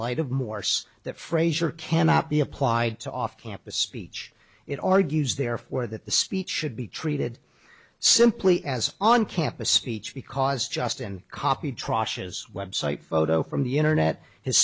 light of morse that frazier cannot be applied to off campus speech it argues therefore that the speech should be treated simply as on campus speech because justin copied trashes website photo from the internet his